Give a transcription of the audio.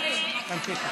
יאללה, תמשיכי.